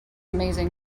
amazing